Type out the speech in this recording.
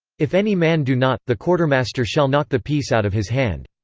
if any man do not, the quartermaster shall knock the piece out of his hand.